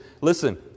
listen